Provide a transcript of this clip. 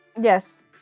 Yes